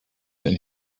than